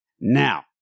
Now